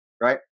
right